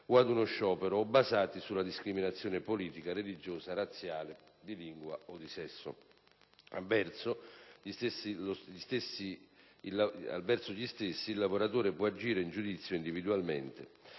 o ad uno sciopero, o basati sulla discriminazione politica, religiosa, razziale, di lingua o di sesso. Avverso gli stessi il lavoratore può agire in giudizio individualmente.